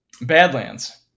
Badlands